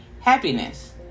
happiness